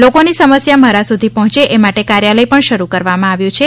લોકોની સમસ્યા મારા સુધી પહોચે એ માટે કાર્યાલય પણ શરૂ કરવામાં આવ્યુ છે